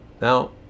Now